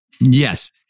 Yes